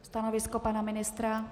Stanovisko pana ministra?